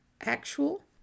actual